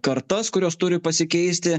kartas kurios turi pasikeisti